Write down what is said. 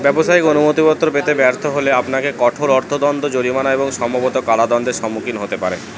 ব্যবসায়িক অনুমতি পত্র পেতে ব্যর্থ হলে আপনাকে কঠোর অর্থদণ্ড জরিমানা এবং সম্ভবত কারাদণ্ডের সম্মুখীন হতে পারে